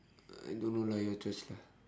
uh I don't know lah your choice lah